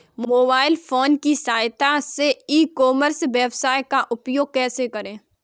Mobile phone की सहायता से ई कॉमर्स वेबसाइट का उपयोग कैसे करें?